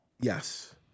Yes